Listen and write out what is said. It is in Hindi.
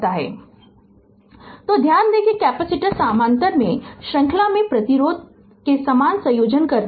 Refer slide time 1440 तो ध्यान दें कि कैपेसिटर समानांतर में श्रृंखला में प्रतिरोधी के समान संयोजन करते हैं